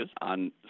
on